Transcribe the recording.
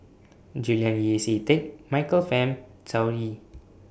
Julian Yeo See Teck Michael Fam